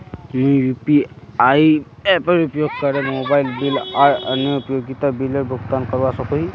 मुई यू.पी.आई एपेर उपयोग करे मोबाइल बिल आर अन्य उपयोगिता बिलेर भुगतान करवा सको ही